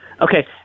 Okay